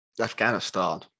Afghanistan